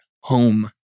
home